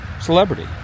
celebrity